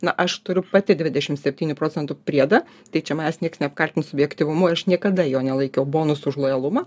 na aš turiu pati dvidešim septynių procentų priedą tai čia manęs nieks neapkaltins subjektyvumu aš niekada jo nelaikiau bonus už lojalumą